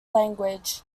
language